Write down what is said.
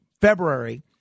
February